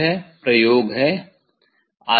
यह प्रयोग है